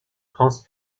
france